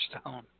stone